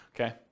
okay